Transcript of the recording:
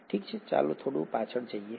ઠીક છે ચાલો થોડું પાછળ જઈએ